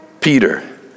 Peter